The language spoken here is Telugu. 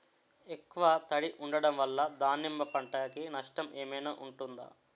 ఎక్కువ తడి ఉండడం వల్ల దానిమ్మ పంట కి నష్టం ఏమైనా ఉంటుందా?